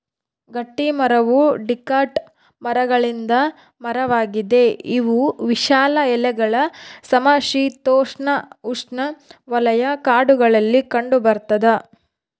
ಗಟ್ಟಿಮರವು ಡಿಕಾಟ್ ಮರಗಳಿಂದ ಮರವಾಗಿದೆ ಇವು ವಿಶಾಲ ಎಲೆಗಳ ಸಮಶೀತೋಷ್ಣಉಷ್ಣವಲಯ ಕಾಡುಗಳಲ್ಲಿ ಕಂಡುಬರ್ತದ